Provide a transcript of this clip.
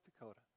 Dakota